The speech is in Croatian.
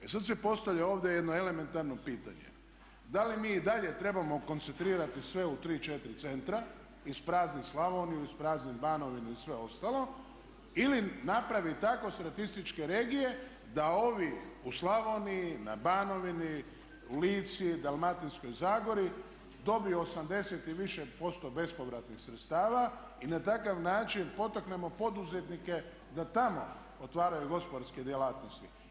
E sad se postavlja ovdje jedno elementarno pitanje, da li mi i dalje trebamo koncentrirati sve u tri, četiri centra i isprazniti Slavoniju, isprazniti Banovinu i sve ostalo ili napraviti tako statističke regije da ovi u Slavoniji, na Banovini, u Lici, dalmatinskoj Zagori dobiju 80 i više posto bespovratnih sredstava i na takav način potaknemo poduzetnike da tamo otvaraju gospodarske djelatnosti.